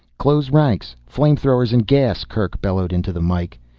close ranks flame-throwers and gas! kerk bellowed into the mike.